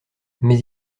mais